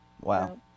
Wow